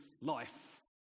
life